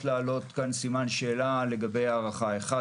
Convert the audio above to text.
להעלות כאן סימן שאלה לגבי ההערכה: האחת,